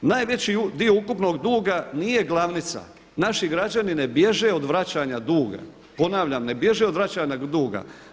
Najveći dio ukupnog duga nije glavnica, naši građani ne bježe od vraćanja duga, ponavljam, ne bježe od vraćanja duga.